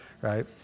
right